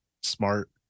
smart